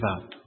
up